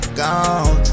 gone